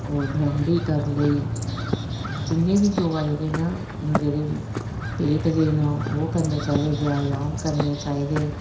होर भ्रामरी करी लेई जि'न्ने बी योगा जेह्डे़ न जेह्डे़ पेट दे न ओह् करने चाहिदे व्यायाम करने चाहिदे